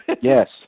Yes